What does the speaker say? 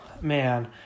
man